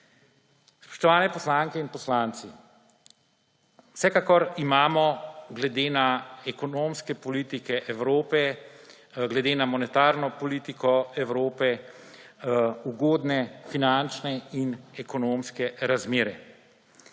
Spoštovane poslanke in poslanci, vsekakor imamo glede na ekonomske politike Evrope, glede na monetarno politiko Evrope ugodne finančne in ekonomske razmere.